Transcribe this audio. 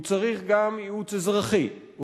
הוא צריך גם ייעוץ אזרחי,